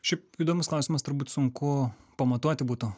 šiaip įdomus klausimas turbūt sunku pamatuoti būtų